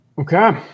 Okay